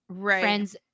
friends